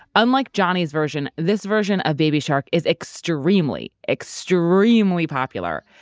unlike johnny's version, this version of baby shark is extremely, extremely popular.